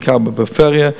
בעיקר בפריפריה,